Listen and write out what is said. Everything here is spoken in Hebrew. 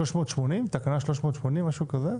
תקנה 380, משהו כזה?